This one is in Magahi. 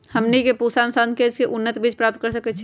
हमनी के पूसा अनुसंधान केंद्र से उन्नत बीज प्राप्त कर सकैछे?